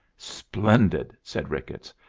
splendid! said ricketts.